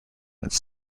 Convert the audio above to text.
its